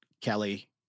Kelly